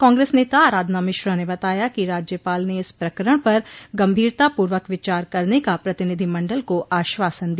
कांगस नेता आराधना मिश्रा ने बताया कि राज्यपाल ने इस प्रकरण पर गंभीरता पूर्वक विचार करने का प्रतिनिधिमंडल को आश्वासन दिया